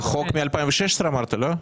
החוק מ-2016, אמרת, לא?